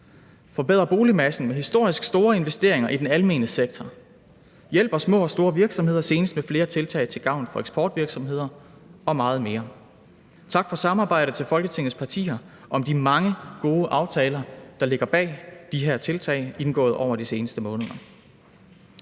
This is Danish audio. forbedrer boligmassen med historisk store investeringer i den almene sektor, hjælper små og store virksomheder, senest med flere tiltag til gavn for eksportvirksomheder, og meget mere. Tak for samarbejdet til Folketingets partier om de mange gode aftaler, der ligger bag de her tiltag indgået over de seneste måneder.